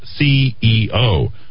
CEO